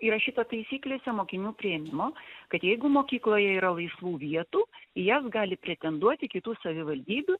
įrašyta taisyklėse mokinių priėmimo kad jeigu mokykloje yra laisvų vietų į jas gali pretenduoti kitų savivaldybių